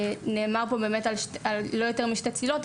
נאמר פה על לא יותר משתי צלילות,